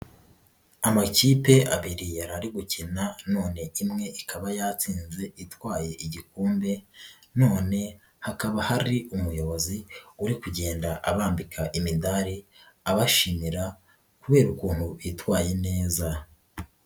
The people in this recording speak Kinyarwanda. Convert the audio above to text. Amakipe abiri yari gukina none imwe ikaba yatsinze itwaye igikombe, none hakaba hari umuyobozi uri kugenda abambika imidari abashimira, kubera ukuntu bitwaye neza.